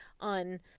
on